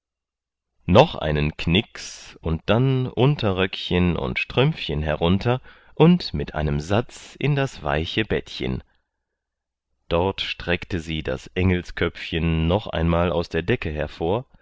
noch einen knicks und dann unterröckchen und strümpfchen herunter und mit einem satz in das weiche bettchen dort streckte sie das engelsköpfchen noch einmal aus der decke hervor